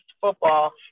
football